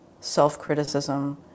self-criticism